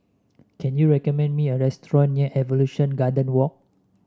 can you recommend me a restaurant near Evolution Garden Walk